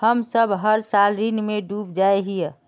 हम सब हर साल ऋण में डूब जाए हीये?